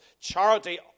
charity